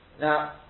Now